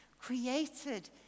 created